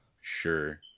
sure